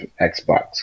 Xbox